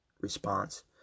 response